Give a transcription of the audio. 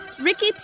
Ricky